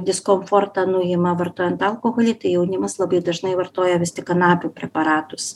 diskomfortą nuima vartojant alkoholį tai jaunimas labai dažnai vartoja vis tik kanapių preparatus